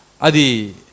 Adi